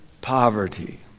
poverty